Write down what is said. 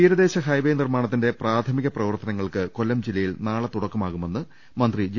തീരദേശ ഹൈവേ നിർമ്മാണത്തിന്റെ പ്രാഥമിക പ്രവർത്ത നങ്ങൾക്ക് കൊല്ലം ജില്ലയിൽ നാളെ തുടക്കമാകുമെന്ന് മന്ത്രി ജെ